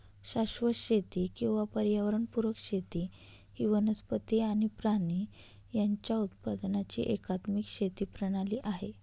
शाश्वत शेती किंवा पर्यावरण पुरक शेती ही वनस्पती आणि प्राणी यांच्या उत्पादनाची एकात्मिक शेती प्रणाली आहे